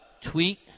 Tweet